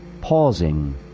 pausing